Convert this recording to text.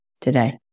today